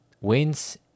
wins